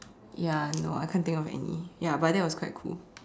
ya no I can't think of any ya but that was quite cool